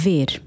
Ver